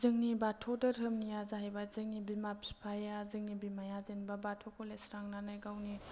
जोंनि बाथौ दोहोरोमनिया जाहैबाय जोंनि बिमा बिफाया जोंनि बिमाया जेनेबा बाथौखौ लिरस्रांनानै गावनि